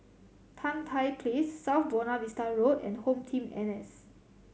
Tan Tye Place South Buona Vista Road and HomeTeam N S